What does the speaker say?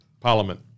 Parliament